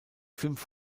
fünf